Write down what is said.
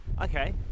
Okay